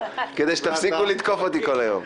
כדי שתפסיקו לתקוף אותי כל היום.